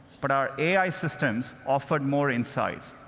but our ai systems offered more insights.